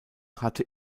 hatte